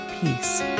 peace